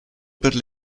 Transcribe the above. per